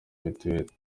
mitiweri